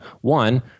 One